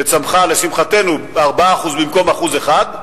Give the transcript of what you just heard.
שצמחה, לשמחתנו, ב-4% במקום ב-1%,